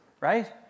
right